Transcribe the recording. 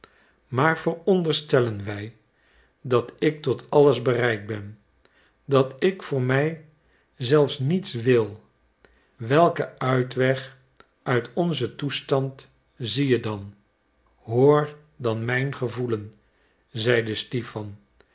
maar veronderstellen wij dat ik tot alles bereid ben dat ik voor mij zelf niets wil welken uitweg uit onzen toestand zie je dan hoor dan mijn gevoelen zeide stipan